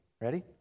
ready